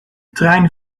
trein